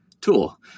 tool